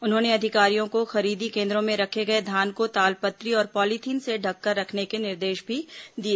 उन्होंने अधिकारियों को खरीदी केन्द्रों में रखे गए धान को तालपत्री और पॉलीथिन से ढंककर रखने के निर्देश भी दिए